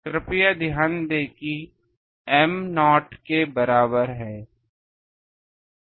कृपया ध्यान दें कि m 0 के बराबर है